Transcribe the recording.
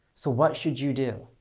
so what should you do?